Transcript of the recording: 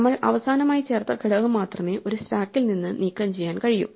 നമ്മൾ അവസാനമായി ചേർത്ത ഘടകം മാത്രമേ ഒരു സ്റ്റാക്കിൽ നിന്ന് നീക്കം ചെയ്യാൻ കഴിയൂ